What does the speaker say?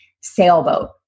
sailboat